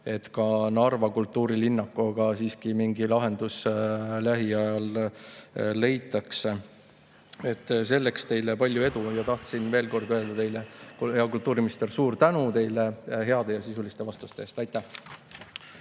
et ka Narva kultuurilinnakule siiski mingi lahendus lähiajal leitakse. Selleks teile palju edu! Tahtsin veel kord öelda teile, hea kultuuriminister, suur tänu heade ja sisuliste vastuste eest! Aitäh!